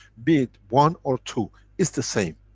be it one or two. it's the same.